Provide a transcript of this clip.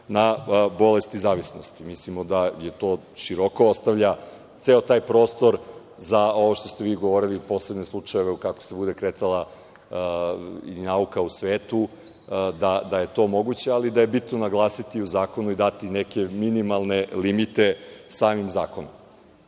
na bolesti zavisnosti. Mislimo da to široko ostavlja ceo taj prostor za ovo što ste vi govorili, posebne slučajeve, kako se bude kretala nauka u svetu, da je to moguće, ali da je bitno naglasiti u zakonu i dati neke minimalne limite samim zakonom.